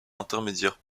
intermédiaires